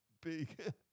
big